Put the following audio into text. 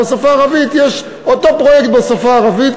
ובשפה הערבית יש אותו פרויקט בשפה הערבית,